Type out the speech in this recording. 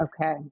okay